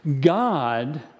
God